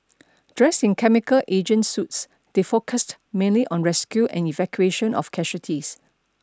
dressed in chemical agent suits they focused mainly on rescue and evacuation of casualties